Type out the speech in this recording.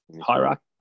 hierarchy